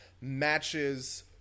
matches